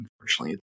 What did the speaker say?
unfortunately